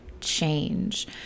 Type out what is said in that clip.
change